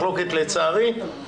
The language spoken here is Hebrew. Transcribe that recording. לצערי.